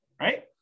right